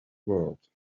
world